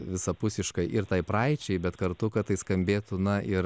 visapusiškai ir tai praeičiai bet kartu kad tai skambėtų na ir